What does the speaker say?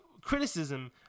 criticism